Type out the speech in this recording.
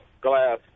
glass